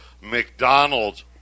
McDonald's